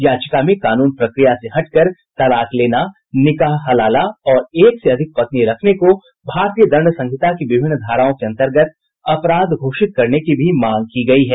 याचिका में कानून प्रक्रिया से हटकर तलाक लेना निकाह हलाला और एक से अधिक पत्नी रखने को भारतीय दंड संहिता की विभिन्न धाराओं के अंतर्गत अपराध घोषित करने की भी मांग की गई है